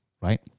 right